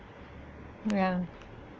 ya